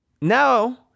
Now